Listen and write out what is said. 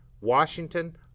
Washington